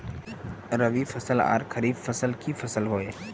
रवि फसल आर खरीफ फसल की फसल होय?